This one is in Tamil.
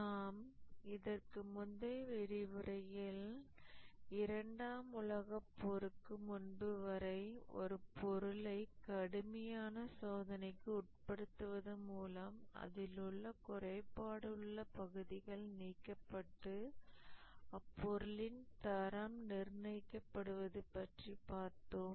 நாம் இதற்கு முந்தைய விரிவுரையில் இரண்டாம் உலகப் போருக்கு முன்பு வரை ஒரு பொருளை கடுமையான சோதனைக்கு உட்படுத்துவது மூலம் அதில் உள்ள குறைபாடுள்ள பகுதிகள் நீக்கப்பட்டு அப்பொருளின் தரம் நிர்ணயிக்கப்படுவது பற்றி பார்த்தோம்